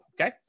okay